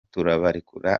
turabarekura